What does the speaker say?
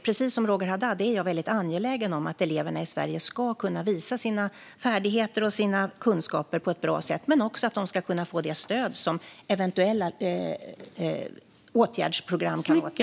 Precis som Roger Haddad är jag mycket angelägen om att eleverna i Sverige ska kunna visa sina färdigheter och kunskaper på ett bra sätt och också att de ska kunna få det stöd som eventuella åtgärdsprogram kan innebära.